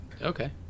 Okay